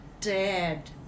dead